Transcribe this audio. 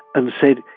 and said,